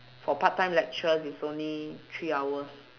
for part time lectures it's only three hours